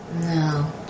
No